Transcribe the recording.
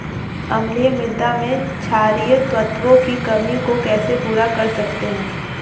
अम्लीय मृदा में क्षारीए तत्वों की कमी को कैसे पूरा कर सकते हैं?